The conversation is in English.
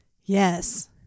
Yes